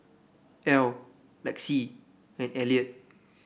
Ell Lexi and Eliot